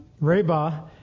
Reba